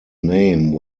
name